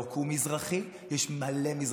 לא כי הוא מזרחי, יש מלא מזרחים.